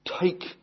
Take